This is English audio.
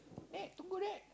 eh don't go there